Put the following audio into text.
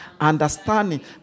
Understanding